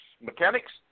mechanics